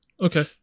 Okay